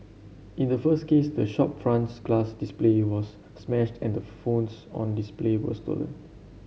in the first case the shop front's glass display was smashed and the phones on displayed were stolen